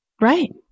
Right